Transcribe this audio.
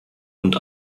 und